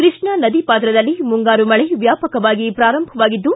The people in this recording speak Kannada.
ಕೃಷ್ಣಾ ನದಿ ಪಾತ್ರದಲ್ಲಿ ಮುಂಗಾರು ಮಳೆ ವ್ಯಾಪಕವಾಗಿ ಪಾರಂಭವಾಗಿದ್ದು